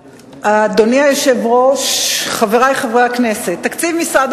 אדוני היושב-ראש, חברי חברי הכנסת, תקציב משרד